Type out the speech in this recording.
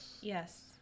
Yes